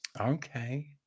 okay